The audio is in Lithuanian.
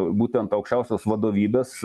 būtent aukščiausios vadovybės